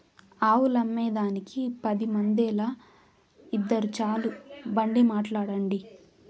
ఆవులమ్మేదానికి పది మందేల, ఇద్దురు చాలు బండి మాట్లాడండి